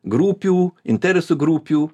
grupių interesų grupių